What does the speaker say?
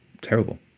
Terrible